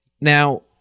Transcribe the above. Now